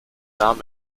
nahm